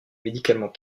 médicaments